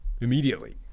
immediately